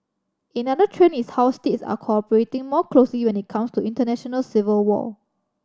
another trend is how states are cooperating more closely when it comes to international civil law